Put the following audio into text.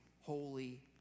holy